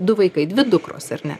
du vaikai dvi dukros ar ne